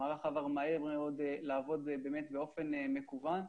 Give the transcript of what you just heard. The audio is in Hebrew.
המערך עבר מהר מאוד לעבוד באופן מקוון.